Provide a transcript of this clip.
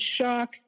shock